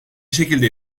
şekilde